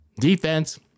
defense